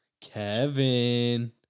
Kevin